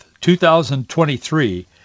2023